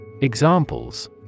Examples